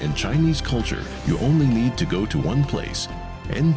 in chinese culture you only need to go to one place and